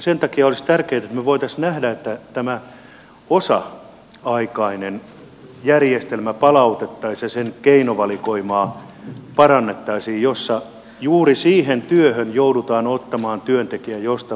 sen takia olisi tärkeätä että me voisimme nähdä että tämä osa aikainen järjestelmä jossa joudutaan ottamaan työntekijä juuri siihen työhön josta vuorotteluvapaalle lähdetään palautettaisiin ja sen keinovalikoimaa parannettaisiin